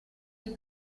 gli